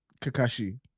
Kakashi